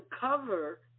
cover